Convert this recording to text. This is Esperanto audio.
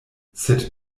sed